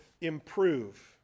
improve